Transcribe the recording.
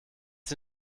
sie